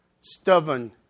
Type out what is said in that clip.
stubborn